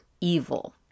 evil